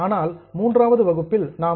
ஆனால் இந்த மூன்றாவது வகுப்பில் நாம்